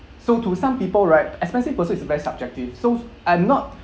so to some people right expensive pursuit is very subjective so I'm not